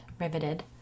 riveted